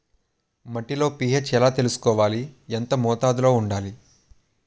మట్టిలో పీ.హెచ్ ఎలా తెలుసుకోవాలి? ఎంత మోతాదులో వుండాలి?